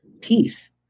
peace